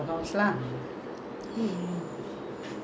எனக்கு:enaku secondary school uh school போடும்போது:podumpothu